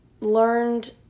learned